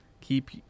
keep